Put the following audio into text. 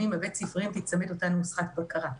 הבית-ספריים תיצמד אותה נוסחת בקרה.